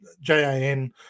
JAN